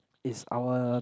it's our